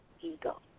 ego